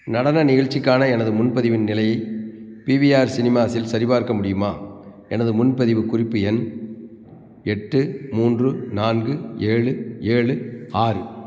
நடன நிகழ்ச்சிக்கான எனது முன்பதிவின் நிலையை பிவிஆர் சினிமாஸில் சரிபார்க்க முடியுமா எனது முன்பதிவு குறிப்பு எண் எட்டு மூன்று நான்கு ஏழு ஏழு ஆறு